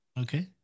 Okay